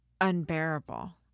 unbearable